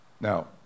Now